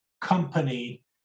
company